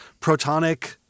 Protonic